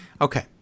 Okay